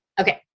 Okay